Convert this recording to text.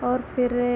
और फिर